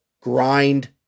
grind